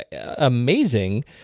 amazing